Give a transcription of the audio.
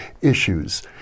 issues